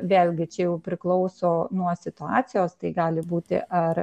vėlgi čia jau priklauso nuo situacijos tai gali būti ar